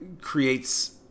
creates